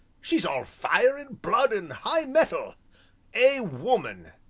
she's all fire and blood and high mettle a woman,